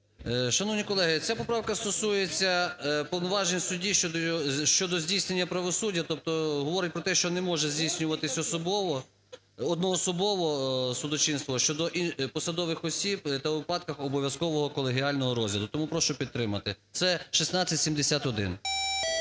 Шановні колеги! Ця поправка стосується повноважень судді щодо здійснення правосуддя. Тобто говорить про те, що не може здійснюватись особово… одноособово судочинство щодо посадових осіб та у випадках обов'язкового колегіального розгляду. Тому прошу підтримати. Це 1671.